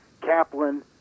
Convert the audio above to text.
Kaplan